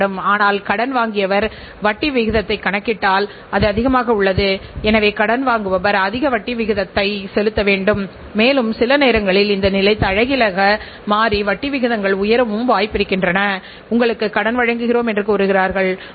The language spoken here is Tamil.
அவர்களுடைய வெற்றிக்கு காரணத்தை உன்னிப்பாக நோக்கி எவ்வாறு 20 க்கும் மேற்பட்ட நாடுகளில் வியாபார வாய்ப்பை தக்க வைத்துக் கொண்டு உள்ளார்கள் என்ற கேள்விக்கு விடைகாண வேண்டும்